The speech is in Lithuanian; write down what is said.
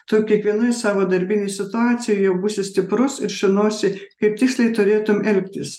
tu kiekvienoj savo darbinėj situacijoj jau būsi stiprus ir žinosi kaip tiksliai turėtum elgtis